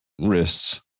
wrists